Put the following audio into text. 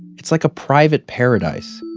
it's like a private paradise.